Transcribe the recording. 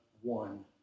one